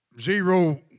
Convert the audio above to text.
zero